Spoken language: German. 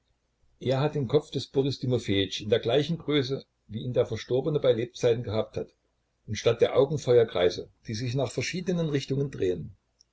er hat den kopf des boris timofejitsch in der gleichen größe wie ihn der verstorbene bei lebzeiten gehabt hat und statt der augen feuerkreise die sich nach verschiedenen richtungen drehen